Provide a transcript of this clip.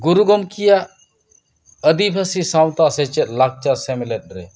ᱜᱩᱨᱩ ᱜᱚᱢᱠᱮᱭᱟᱜ ᱟᱹᱫᱤᱵᱟᱹᱥᱤ ᱥᱟᱶᱛᱟ ᱥᱮᱪᱮᱫ ᱞᱟᱠᱪᱟᱨ ᱥᱮᱢᱞᱮᱫ ᱨᱮ